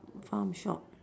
farm shop